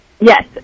Yes